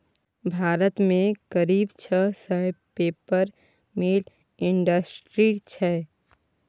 भारत मे करीब छह सय पेपर मिल इंडस्ट्री छै